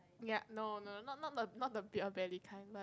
ya no no not not not the beer belly kind